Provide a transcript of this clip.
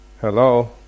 Hello